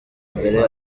mbere